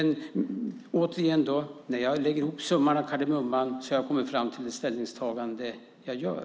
När jag har lagt ihop summan av kardemumman har jag kommit fram till det ställningstagande jag gör.